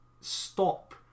stop